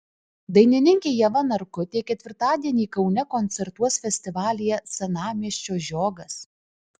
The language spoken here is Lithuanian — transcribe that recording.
dainininkė ieva narkutė ketvirtadienį kaune koncertuos festivalyje senamiesčio žiogas